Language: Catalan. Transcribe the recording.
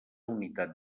unitat